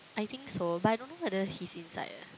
I think so but I don't know whether he's inside eh